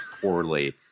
poorly